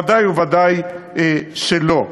ודאי וודאי שלא.